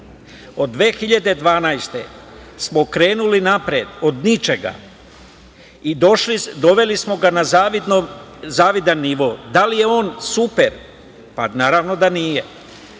godine smo krenuli napred od ničega i doveli smo ga na zavidan nivo. Da li je on super? Pa, naravno da nije.